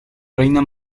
reina